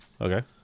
Okay